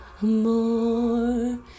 more